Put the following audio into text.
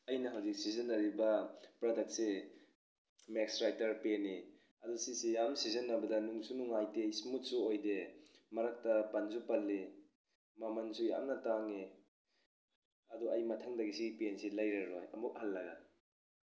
ꯑꯩꯅ ꯍꯧꯖꯤꯛ ꯁꯤꯖꯤꯟꯅꯔꯤꯕ ꯄ꯭ꯔꯗꯛꯁꯤ ꯃꯦꯛꯁ ꯔꯥꯏꯇꯔ ꯄꯦꯟꯅꯤ ꯑꯗꯣ ꯁꯤꯁꯦ ꯌꯥꯝ ꯁꯤꯖꯤꯟꯅꯕꯗ ꯅꯨꯡꯁꯨ ꯅꯨꯡꯉꯥꯏꯇꯦ ꯏꯁꯃꯨꯠꯁꯨ ꯑꯣꯏꯗꯦ ꯃꯔꯛꯇ ꯄꯟꯁꯨ ꯄꯜꯂꯤ ꯃꯃꯜꯁꯨ ꯌꯥꯝꯅ ꯇꯥꯡꯏ ꯑꯗꯨ ꯑꯩ ꯃꯊꯪꯗꯒꯤ ꯁꯤ ꯄꯦꯟꯁꯤ ꯂꯩꯔꯔꯣꯏ ꯑꯃꯨꯛ ꯍꯜꯂꯒ